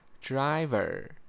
Driver